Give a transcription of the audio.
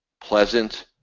pleasant